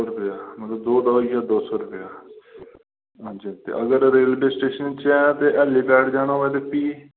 मतलब दो दा होई गया दौ सो रपेआ अच्छा अच्छा अगर रेलवे स्टेशन दा हेलीपैड जाना होऐ ते फ्ही